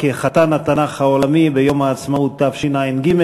כחתן התנ"ך העולמי ביום העצמאות תשע"ג.